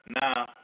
Now